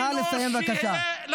נא לסיים, בבקשה.